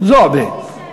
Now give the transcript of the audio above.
זועְבי.